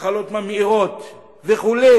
מחלות ממאירות וכו'